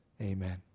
Amen